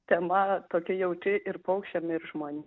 tema tokia jautri ir paukščiam ir žmon